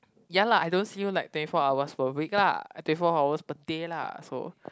ya lah I don't see you like twenty four hours per week lah twenty four hours per day lah so